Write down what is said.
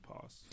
past